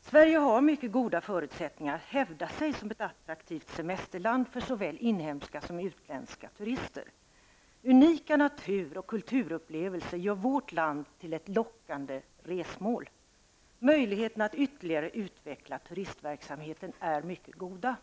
Sverige har mycket goda förutsättningar att hävda sig som ett attraktivt semesterland för såväl inhemska som utländska turister. Unika natur och kulturupplevelser gör vårt land till ett lockande resmål. Möjligheterna att ytterligare utveckla turistverksamheten är mycket goda.